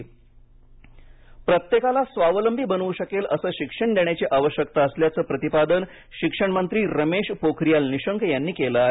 पोखरीयाल प्रत्येकाला स्वावलंबी बनवू शकेल असं शिक्षण देण्याची आवश्यकता असल्याचं प्रतिपादन शिक्षणमंत्री रमेश पोखरियाल निशंक यांनी केलं आहे